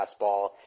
fastball